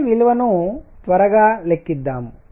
దీని విలువను త్వరగా లెక్కిద్దాం